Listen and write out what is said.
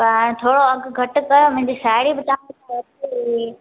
तव्हां थोरो अघि घटि कयो न मुंहिंजी साहिड़ी बि तव्हांखां वठी वई हुई